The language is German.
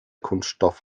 kunststoff